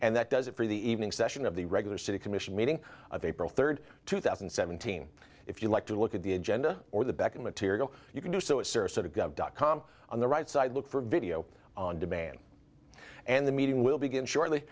and that does it for the evening session of the regular city commission meeting of april third two thousand and seventeen if you like to look at the agenda or the back material you can do so it's sort of got dot com on the right side look for video on demand and the meeting will begin shortly